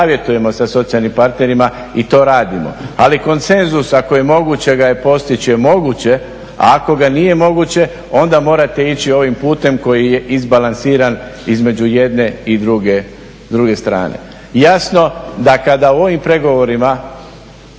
savjetujemo sa socijalnim partnerima i to radimo. Ali konsenzus ako je moguće ga je postići je moguće a ako ga nije moguće onda morate ići ovim putem koji je izbalansiran između jedne i druge strane. Jasno da kada u ovim pregovorima,